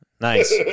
Nice